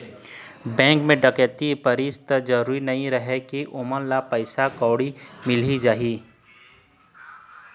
bank म डकैती परिस त जरूरी नइ रहय के ओमन ल पइसा कउड़ी मिली जाही